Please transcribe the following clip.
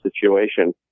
situation